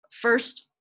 first